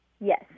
Yes